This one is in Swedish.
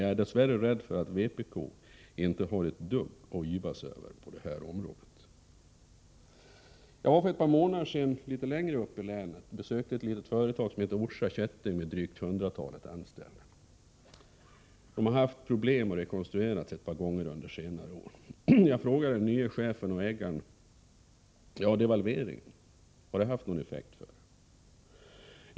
Jag är dess värre rädd för att vpk inte har ett dugg att yvas över på detta område. För ett par månader sedan var jag litet längre upp i länet och besökte ett litet företag som heter Orsa Kätting med drygt hundratalet anställda. Företaget har haft problem och har rekonstruerat sig ett par gånger under senare år. Jag frågade den nye chefen och ägaren om devalveringen haft någon effekt för företaget.